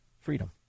freedom